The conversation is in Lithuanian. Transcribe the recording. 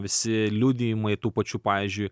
visi liudijimai tų pačių pavyzdžiui